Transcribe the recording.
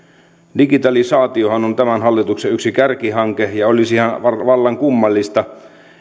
digitalisaatiohan on tämän hallituksen yksi kärkihanke ja olisihan vallan kummallinen tilanne